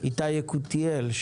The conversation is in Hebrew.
אסף יקותיאל,